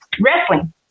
wrestling